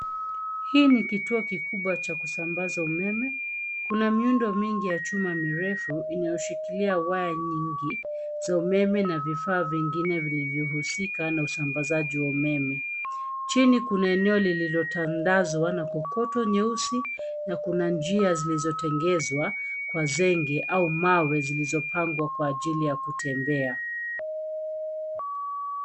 Hii ni kituo kikubwa cha kusambaza umeme. Kuna miundo mingi ya chuma mirefu inayoshikilia waya nyingi za umeme na vifaa vingine vilivyo husika na usambazaji wa umeme. Chini kuna eneo lililotandazwa na kokoto nyeusi , na kuna njia zilizotengezwa kwa zengi au mawe zilizopangwa kwa ajili ya kutembea.